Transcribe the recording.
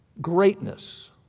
Greatness